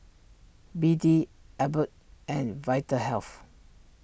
B D Abbott and Vitahealth